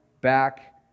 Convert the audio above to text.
back